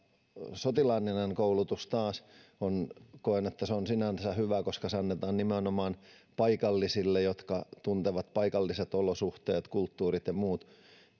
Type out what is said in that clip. sotilaallinen koulutus taas on sinänsä hyvä koska se annetaan nimenomaan paikallisille jotka tuntevat paikalliset olosuhteet kulttuurit ja muut